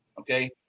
okay